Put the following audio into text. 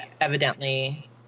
evidently